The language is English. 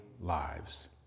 lives